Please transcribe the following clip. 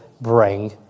bring